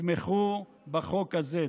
ותתמכו בחוק הזה.